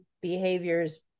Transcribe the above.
behaviors